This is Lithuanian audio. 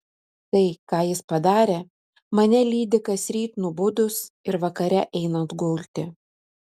tai ką jis padarė mane lydi kasryt nubudus ir vakare einant gulti